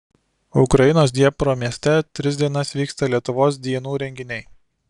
ukrainos dniepro mieste tris dienas vyksta lietuvos dienų renginiai